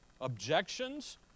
objections